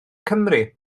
cymru